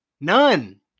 None